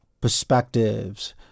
perspectives